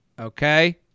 Okay